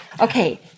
Okay